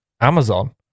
Amazon